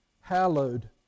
hallowed